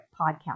podcast